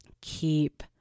Keep